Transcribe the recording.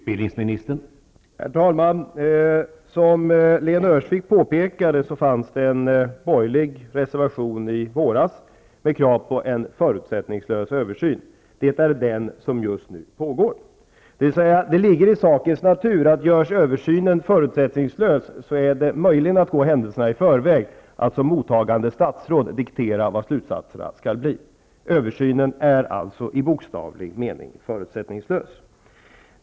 Herr talman! Som Lena Öhrsvik påpekade fanns det en borgerlig reservation i våras med krav på en förutsättningslös översyn. Det är den som just nu pågår. Det ligger i sakens natur att om översynen är förutsättningslös är det möjligen att gå händelserna i förväg att som mottagande statsråd diktera vad slutsatserna skall bli. Översynen är alltså i bokstavlig mening förutsättningslös.